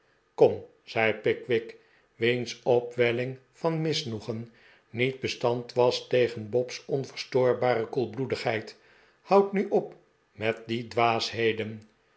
kom zei pickwick wiens op welling van misnoegen niet bestand was tegen bob's onverstoorbare koelbloedigheid houd nu op met die dwaasheden